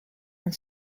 and